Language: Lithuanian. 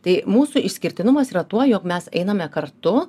tai mūsų išskirtinumas yra tuo jog mes einame kartu